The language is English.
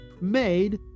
made